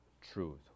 truth